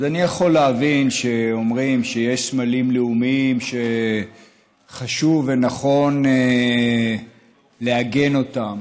אז אני יכול להבין שאומרים שיש סמלים לאומיים שחשוב ונכון לעגן אותם.